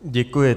Děkuji.